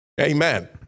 Amen